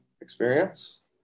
experience